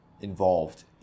involved